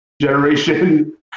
generation